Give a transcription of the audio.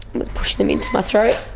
was pushing them into my throat,